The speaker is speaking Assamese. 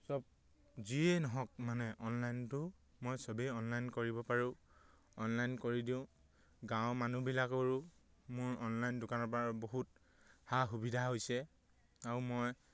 চব যিয়েই নহওক মানে অনলাইনটো মই চবেই অনলাইন কৰিব পাৰোঁ অনলাইন কৰি দিওঁ গাঁৱৰ মানুহবিলাকৰো মোৰ অনলাইন দোকানৰপৰা বহুত সা সুবিধা হৈছে আৰু মই